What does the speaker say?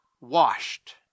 washed